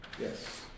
Yes